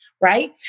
Right